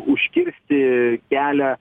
užkirsti kelią